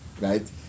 Right